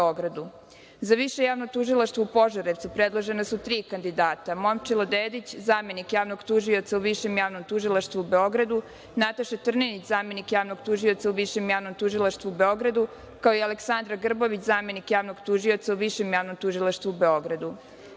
Više javno tužilaštvo u Požarevcu predložena su tri kandidata –Momčilo Dedić, zamenik javnog tužioca u Višem javnom tužilaštvu u Beogradu, i Nataša Trninić, zamenik javnog tužioca u Višem javnom tužilaštvu u Beogradu, kao i Aleksandra Grbović, zamenik javnog tužioca u Višem javnom tužilaštvu u Beogradu.Za